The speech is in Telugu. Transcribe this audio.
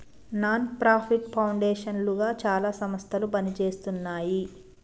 నాన్ ప్రాఫిట్ పౌండేషన్ లుగా చాలా సంస్థలు పనిజేస్తున్నాయి